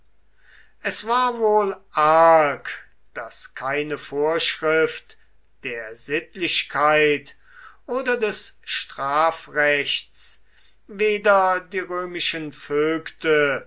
es war wohl arg daß keine vorschrift der sittlichkeit oder des strafrechts weder die römischen vögte